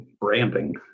branding